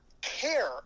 care